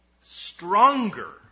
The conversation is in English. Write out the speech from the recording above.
stronger